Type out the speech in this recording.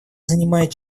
занимает